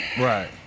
Right